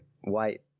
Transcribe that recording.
white